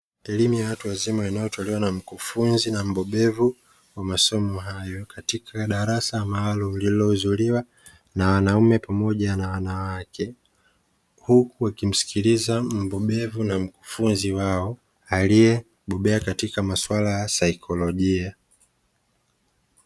Elimu ya watu wazima, inayotolewa na mkufunzi na mbobevu wa masomo hayo katika darasa maalum lilohuzuliwa na wanaume pamoja na wanawake, huku wakimsikiliza mbobevu na mkufunzi wao aliyebobea katika masuala ya saikolojia.